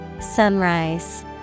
Sunrise